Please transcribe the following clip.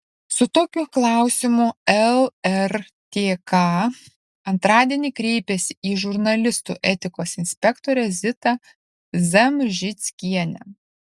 su tokiu klausimu lrtk antradienį kreipėsi į žurnalistų etikos inspektorę zitą zamžickienę